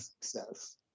success